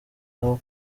aho